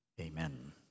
Amen